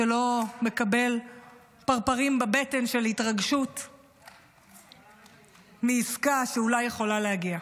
שלא מקבל פרפרים בבטן של התרגשות מעסקה שאולי יכולה להגיע.